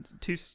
two